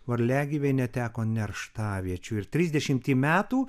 varliagyviai neteko nerštaviečių ir trisdešimtį metų